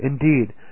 Indeed